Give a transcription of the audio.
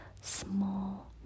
small